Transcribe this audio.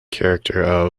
character